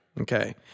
Okay